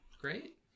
great